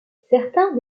certains